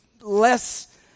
less